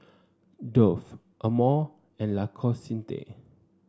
Dove Amore and L'Occitane